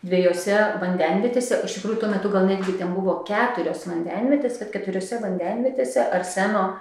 dviejose vandenvietėse iš tikrųjų tuo metu gal netgi ten buvo keturios vandenvietės kad keturiose vandenvietėse arseno